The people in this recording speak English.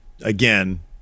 again